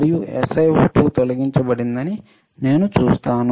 మరియు SiO2 తొలగించబడిందని నేను చూస్తాను